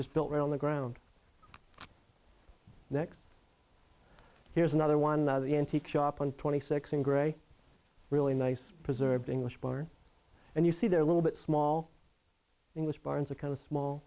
just built on the ground next here's another one that the antique shop on twenty six and grey really nice preserved english barn and you see there little bit small english barns a kind of small